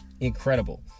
incredible